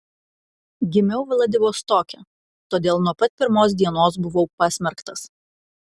gimiau vladivostoke todėl nuo pat pirmos dienos buvau pasmerktas